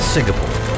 Singapore